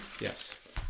Yes